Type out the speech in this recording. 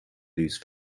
lose